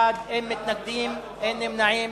בעד, 41, אין מתנגדים, אין נמנעים.